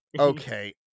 Okay